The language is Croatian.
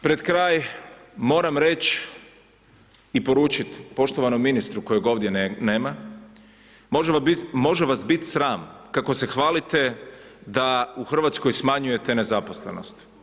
Pred kraj, moram reći i poručiti poštovanom ministru kojeg ovdje nema, može vas biti sram kako se hvalite da u Hrvatskoj smanjujete nezaposlenost.